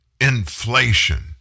Inflation